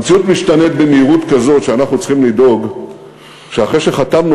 המציאות משתנה במהירות כזאת שאנחנו צריכים לדאוג שאחרי שחתמנו